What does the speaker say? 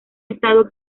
estado